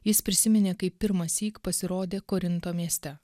jis prisiminė kaip pirmąsyk pasirodė korinto mieste